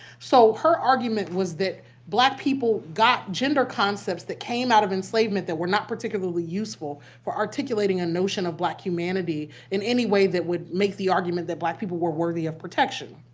so her argument was that black people got gender concepts that came out of enslavement that were not particularly useful for articulating a notion of black humanity in any way that would make the argument that black people were worthy of protection.